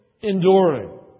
enduring